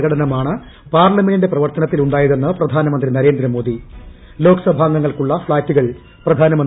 പ്രകടനമാണ് പാർലമെന്റിന്റെ പ്രവർത്തനത്തിലുണ്ടായതെന്ന് പ്രധാനമന്ത്രി നരേന്ദ്രമോദി ലോക്സഭാംഗ്യങ്ങൾക്കുള്ള ഫ്ളാറ്റുകൾ പ്രധാനമന്ത്രി ഉള്ള്ലാടനം ചെയ്തു